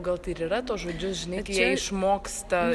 gal tai ir yra tuos žodžius žinai kai jie išmoksta